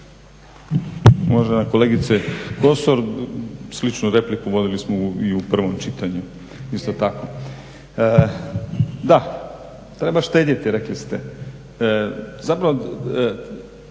Uvažena kolegice Kosor sličnu repliku vodili smo i u prvom čitanju isto tako. Da, treba štedjeti rekli ste. Zapravo